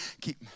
Keep